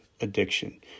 addiction